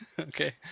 Okay